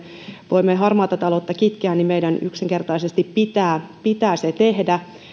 voimme harmaata taloutta kitkeä niin meidän yksinkertaisesti pitää se tehdä